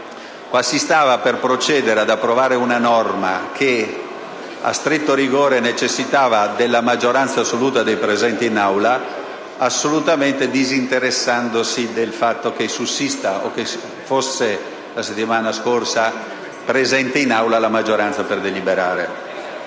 Si stava per procedere ad approvare una norma che, a stretto rigore, necessitava della maggioranza assoluta dei presenti in Aula assolutamente disinteressandosi del fatto che la settimana scorsa fosse o meno presente in Aula la maggioranza necessaria